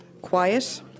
quiet